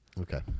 Okay